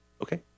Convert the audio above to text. Okay